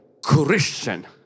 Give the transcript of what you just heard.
Christian